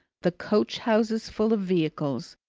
the coach-houses full of vehicles,